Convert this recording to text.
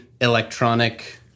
electronic